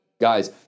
Guys